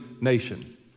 nation